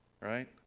right